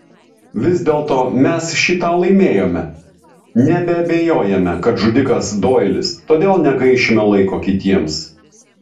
vis dėlto mes šį tą laimėjome nebeabejojame kad žudikas doilis todėl negaišime laiko kitiems